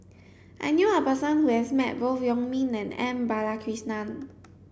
I knew a person who has met both Wong Ming and M Balakrishnan